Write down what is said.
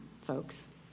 folks